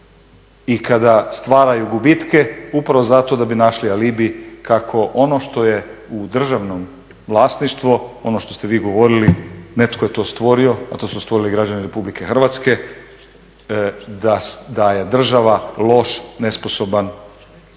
i kada stvaraju gubitke upravo zato da bi našli alibi kako ono što je u državnom vlasništvu ono što ste vi govorili netko je to stvorio a to su stvorili građani Republike Hrvatske da je država loš, nesposoban